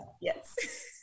Yes